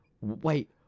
wait